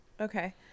Okay